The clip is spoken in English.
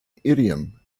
idiom